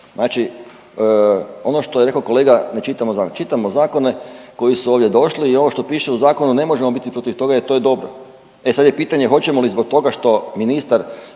Znači ono što je rekao kolega ne čitamo zakone, čitamo zakone koji su ovdje došli i ovo što piše u zakonu ne možemo biti protiv toga jer to je dobro. E sad je pitanje hoćemo li zbog toga što ministar